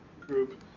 group